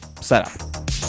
setup